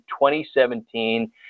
2017